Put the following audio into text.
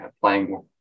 playing